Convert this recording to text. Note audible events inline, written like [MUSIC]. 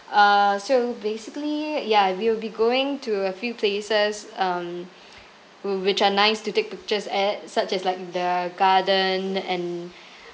uh so basically ya we'll be going to a few places um whi~ which are nice to take pictures at such as like the garden and [BREATH]